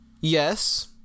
yes